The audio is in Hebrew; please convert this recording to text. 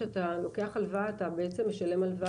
כשאתה לוקח הלוואה אתה בעצם משלם הלוואה